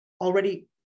already